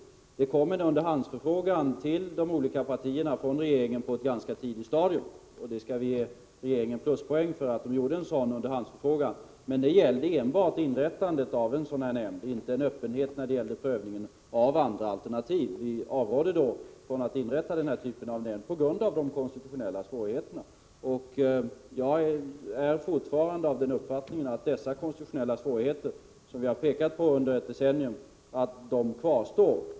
Det kom på ett ganska tidigt stadium en underhandsförfrågan till de olika partierna från regeringen, och vi skall ge regeringen pluspoäng för att den gjorde en sådan underhandsförfrågan, men det gällde enbart inrättandet av en sådan nämnd, inte en öppenhet beträffande prövning av andra alternativ. Vi avrådde då från att man skulle inrätta denna typ av nämnd på grund av de konstitutionella svårigheterna. Jag är fortfarande av den uppfattningen att de konstitutionella svårigheter som vi har pekat på under ett decennium kvarstår.